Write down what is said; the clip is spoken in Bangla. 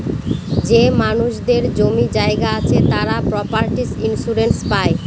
যে মানুষদের জমি জায়গা আছে তারা প্রপার্টি ইন্সুরেন্স পাই